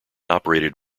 operated